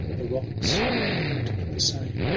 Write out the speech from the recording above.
the rocks remained the same.